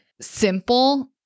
simple